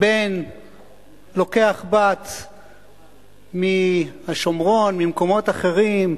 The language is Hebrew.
בן לוקח בת מהשומרון, ממקומות אחרים,